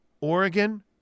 Oregon